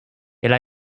elle